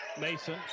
Mason